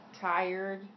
tired